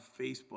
Facebook